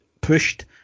pushed